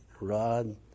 Rod